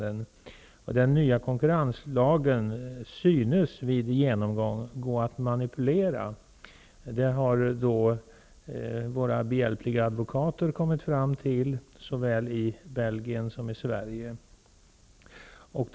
Det synes vara möjligt att manipulera med den nya konkurrenslagen. Det framgår vid en genomgång av denna. Detta har de advokater i såväl Belgien som Sverige som varit oss behjälpliga kommit fram till.